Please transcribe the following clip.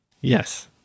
yes